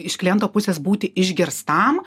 iš kliento pusės būti išgirstam